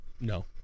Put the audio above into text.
no